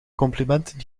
complimenten